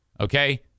Okay